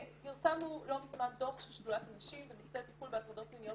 פרסמנו לא מזמן דוח של שדולת הנשים בנושא טיפול בהטרדות מיניות